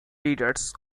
leaders